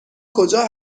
کجا